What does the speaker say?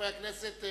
חברי הכנסת,